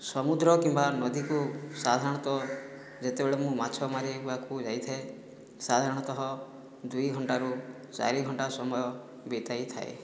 ସମୁଦ୍ର କିମ୍ବା ନଦୀକୁ ସାଧାରଣତଃ ଯେତେବେଳେ ମୁଁ ମାଛ ମାରିବାକୁ ଯାଇଥାଏ ସାଧାରଣତଃ ଦୁଇଘଣ୍ଟାରୁ ଚାରିଘଣ୍ଟା ସମୟ ବିତାଇଥାଏ